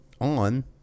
on